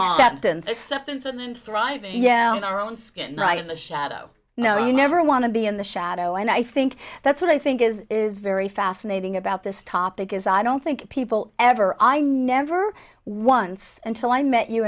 stepped inside and thriving yeah in our own skin right in the shadow you know you never want to be in the shadow and i think that's what i think is is very fascinating about this topic is i don't think people ever i never once until i met you